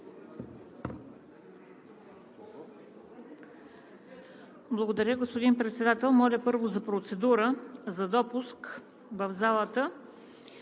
Благодаря, господин Председател. Моля, първо, процедура за допуск в залата